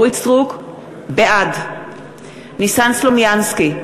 בעד ניסן סלומינסקי,